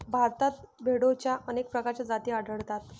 भारतात भेडोंच्या अनेक प्रकारच्या जाती आढळतात